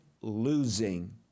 losing